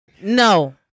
no